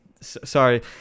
sorry